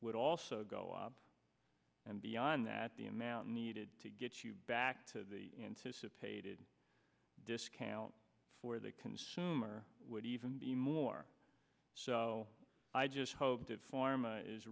would also go up and beyond that the amount needed to get you back to the anticipated discount for the consumer would even be more so i just hope that pharma i